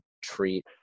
treat